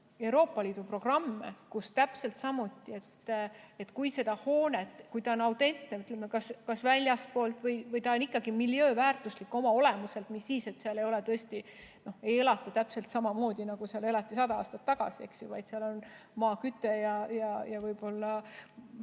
Euroopa Liidu programme. Täpselt samuti, kui hoone on autentne kas väljastpoolt või ta on ikkagi miljööväärtuslik oma olemuselt – mis siis, et seal tõesti ei elata täpselt samamoodi, nagu seal elati sada aastat tagasi, vaid seal on maaküte ja võib-olla